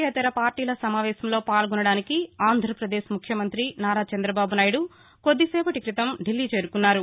యేతర పార్టీల సమావేశంలో పాల్గోవడానికి ఆంధ్రప్రదేశ్ ముఖ్యమంత్రి నారా చంద్రబాబు నాయుడు కొద్దిసేపటి క్రితం ఢిల్లీ చేరుకున్నారు